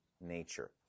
nature